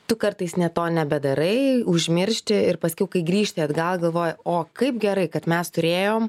tu kartais net to nebedarai užmiršti ir paskiau kai grįžti atgal galvoji o kaip gerai kad mes turėjom